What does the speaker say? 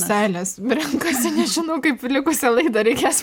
seilės renkasi nežinau kaip likusią laidą reikės